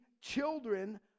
children